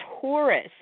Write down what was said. Taurus